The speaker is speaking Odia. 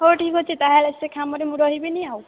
ହଉ ଠିକ୍ ଅଛି ତା'ହେଲେ ସେ କାମରେ ମୁଁ ରହିବିନି ଆଉ